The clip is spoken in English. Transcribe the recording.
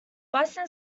bison